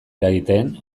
eragiten